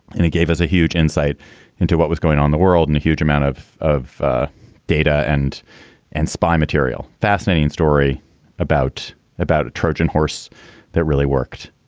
and it gave us a huge insight into what was going on the world in a huge amount of of ah data and and spy material. fascinating story about about a trojan horse that really worked